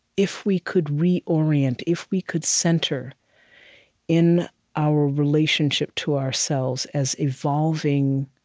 if we could reorient, if we could center in our relationship to ourselves as evolving,